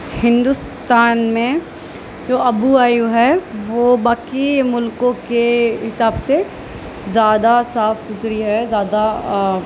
ہندوستان میں جو آب و ہوا ہے وہ باقی ملکوں کے حساب سے زیادہ صاف ستھری ہے زیادہ